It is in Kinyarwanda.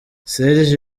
serge